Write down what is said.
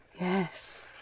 Yes